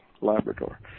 Labrador